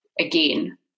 again